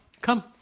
Come